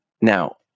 now